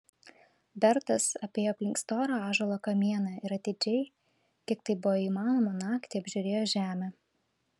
bertas apėjo aplink storą ąžuolo kamieną ir atidžiai kiek tai buvo įmanoma naktį apžiūrėjo žemę